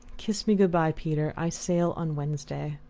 kiss me good-bye, peter i sail on wednesday,